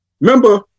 remember